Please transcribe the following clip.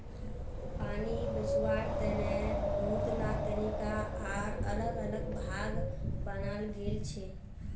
पानी बचवार तने बहुतला तरीका आर अलग अलग भाग बनाल गेल छे